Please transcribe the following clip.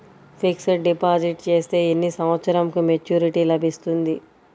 Fixed deposit చేస్తే ఎన్ని సంవత్సరంకు మెచూరిటీ లభిస్తుంది?